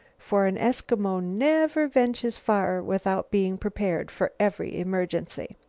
for an eskimo never ventures far without being prepared for every emergency.